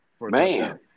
Man